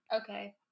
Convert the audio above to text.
Okay